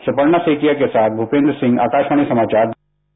सुपर्णा सेकिया के साथ भूपेंद्र सिंह आकाशवाणी समाचार दिल्ली